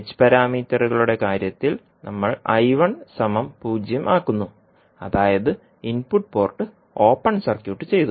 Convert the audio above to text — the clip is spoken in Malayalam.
h പാരാമീറ്ററുകളുടെ കാര്യത്തിൽ നമ്മൾ 0 ആക്കുന്നു അതായത് ഇൻപുട്ട് പോർട്ട് ഓപ്പൺ സർക്യൂട്ട് ചെയ്തു